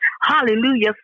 Hallelujah